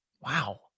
Wow